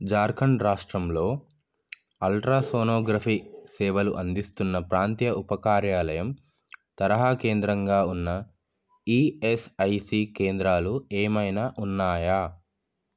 ఝార్ఖండ్ రాష్ట్రంలో అల్ట్రాసోనోగ్రఫీ సేవలు అందిస్తున్న ప్రాంతీయ ఉపకార్యాలయం తరహా కేంద్రంగా ఉన్న ఈఎస్ఐసీ కేంద్రాలు ఏమైనా ఉన్నాయా